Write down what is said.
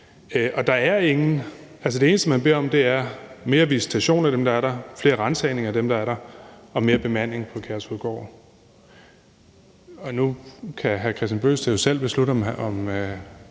det eneste, man beder om, er mere visitation af dem, der er der, flere ransagninger af dem, der er der, og mere bemanding på Kærshovedgård.